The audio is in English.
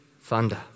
thunder